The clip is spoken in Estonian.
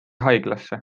haiglasse